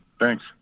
Thanks